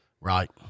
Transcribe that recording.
Right